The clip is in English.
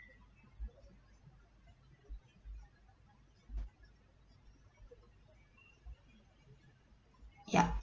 yup